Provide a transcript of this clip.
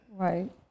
Right